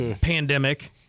pandemic